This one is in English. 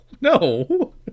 no